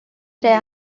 tres